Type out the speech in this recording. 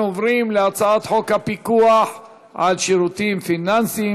אנחנו עוברים להצעת חוק הפיקוח על שירותים פיננסיים